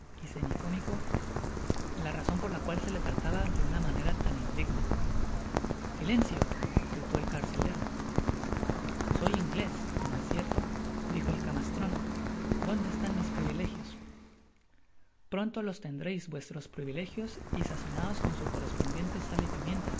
y semi cómico la razofa por la cual se le trataba de una manera tan indigna silencio gritó el carcelero soy inglés no es cierto dijo el camastron dónde están mis privilegios pronto los tendréis vuestros privilegios y sazonados con su correspondiente sal y pimienta